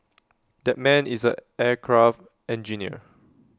that man is A aircraft engineer